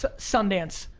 so sundance.